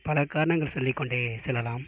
பலக்காரணங்கள் சொல்லிக்கொண்டே செல்லலாம்